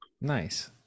Nice